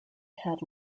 had